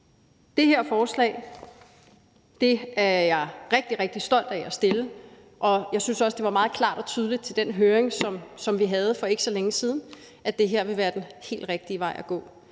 Det her forslag er jeg rigtig, rigtig stolt af at fremsætte, og jeg synes også, det var meget klart og tydeligt ved den høring, som vi havde for ikke så længe siden, at det her vil være den helt rigtige vej at gå.